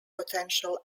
potential